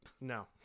no